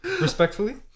Respectfully